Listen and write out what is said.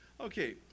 Okay